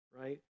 right